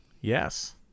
Yes